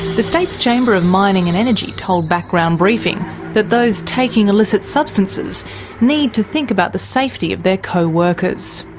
the state's chamber of mining and energy told background briefing that those taking illicit substances need to think about the safety of their co-workers.